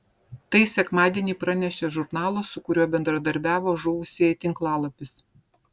tai sekmadienį pranešė žurnalo su kuriuo bendradarbiavo žuvusieji tinklalapis